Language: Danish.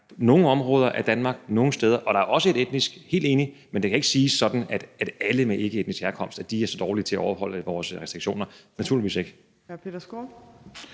nogle områder af Danmark, nogle steder, og der er også et etnisk, helt enig, men det kan ikke siges sådan, at alle med anden etnisk herkomst er så dårlige til at overholde vores restriktioner – naturligvis ikke.